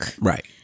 Right